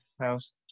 house